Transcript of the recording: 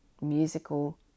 musical